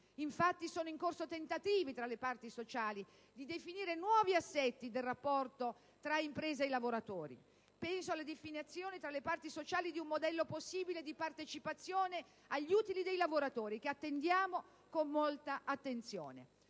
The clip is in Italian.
Infatti, sono in corso tentativi tra le parti sociali di definire nuovi assetti del rapporto tra impresa e lavoratori. Penso alla definizione tra le parti sociali di un modello possibile di partecipazione dei lavoratori agli utili, che attendiamo con molta attenzione.